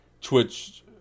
Twitch